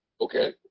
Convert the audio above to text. Okay